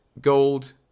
Gold